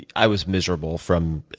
yeah i was miserable from